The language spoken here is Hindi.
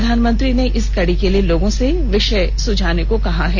प्रधानमंत्री ने इस कडी के लिए लोगों से विषय सुझाने को कहा है